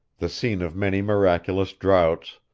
the scene of many miraculous draughts,